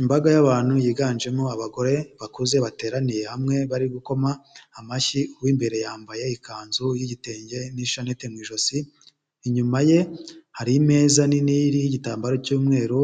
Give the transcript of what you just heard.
Imbaga y'abantu yiganjemo abagore ,bakuze bateraniye hamwe bari gukoma amashyi, uwimbere yambaye ikanzu y'igitenge n'ishanete mw' ijosi ,inyuma ye hari ameza nini y'igitambaro cy'umweru